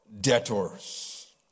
debtors